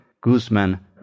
Guzman